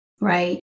right